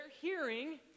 hearing